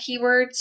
keywords